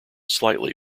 slightly